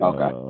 Okay